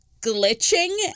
glitching